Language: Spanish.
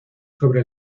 sobre